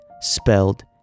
spelled